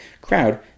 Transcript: crowd